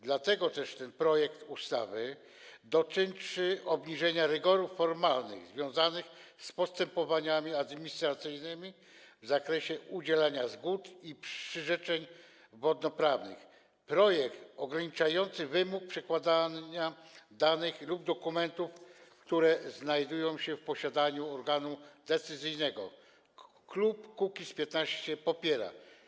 Dlatego też ten projekt ustawy dotyczący obniżenia rygorów formalnych związanych z postępowaniami administracyjnymi w zakresie udzielania zgód i przyrzeczeń wodnoprawnych, ograniczający wymóg przedkładania danych lub dokumentów, które znajdują się w posiadaniu organu decyzyjnego, klub Kukiz’15 popiera.